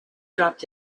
dropped